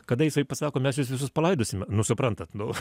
kada jisai pasako mes jus visus palaidosime nu suprantat nu